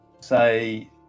say